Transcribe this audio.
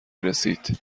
رسید